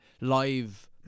Live